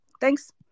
Thanks